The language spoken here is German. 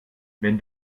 wenn